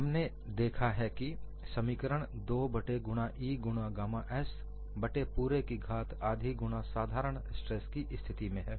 हमने देखा है कि समीकरण 2 बट्टे गुणा E गुणा गामा s बट्टे पूरे की घात आधी गुणा साधारण स्ट्रेस की स्थिति में है